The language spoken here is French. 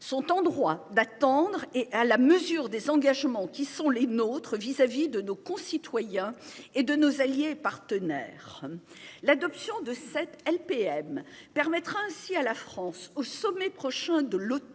sont en droit d'attendre et à la mesure des engagements qui sont les nôtres vis-à-vis de nos concitoyens et de nos alliés et partenaires. L'adoption de cette LPM permettre ainsi à la France au sommet prochain de l'OTAN,